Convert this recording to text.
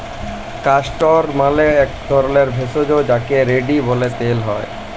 castor মালে এক ধরলের ভেষজ যাকে রেড়ি ব্যলে তেল হ্যয়